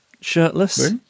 Shirtless